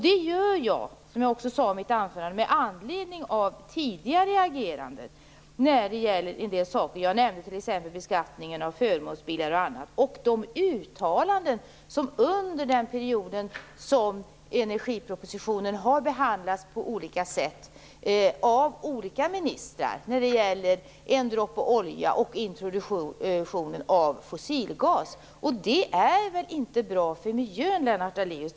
Det gör jag, som jag också sade i mitt anförande, med anledning av tidigare ageranden när det gäller vissa saker - jag nämnde t.ex. beskattningen av förmånsbilar och annat - och de uttalanden som gjorts av olika ministrar när det gäller En droppe olja och introduktionen av fossilgas under den perioden som energipropositionen har behandlats på olika sätt. Och det är väl inte bra för miljön, Lennart Daléus?